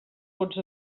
vots